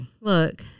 Look